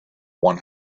one